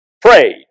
prayed